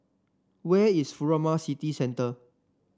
where is Furama City Center